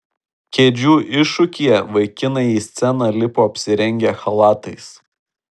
kėdžių iššūkyje vaikinai į sceną lipo apsirengę chalatais